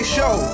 Show